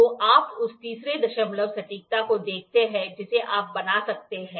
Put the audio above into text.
तो आप उस तीसरे दशमलव सटीकता को देखते हैं जिसे आप बना सकते हैं